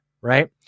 Right